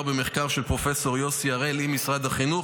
במחקר של הפרופ' יוסי הראל עם משרד החינוך,